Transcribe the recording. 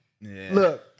Look